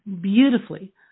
beautifully